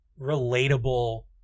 relatable